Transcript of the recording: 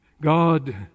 God